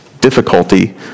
difficulty